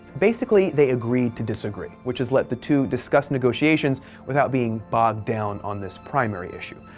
basically, they agreed to disagree, which has let the two discuss negotiations without being bogged down on this primary issue.